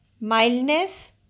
mildness